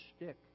stick